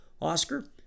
Oscar